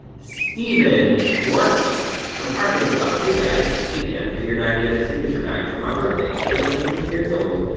stephen gwarkey from arkansas, hey, guys, hey, dan, figured i'd get a signature bag for my birthday twenty seven years old,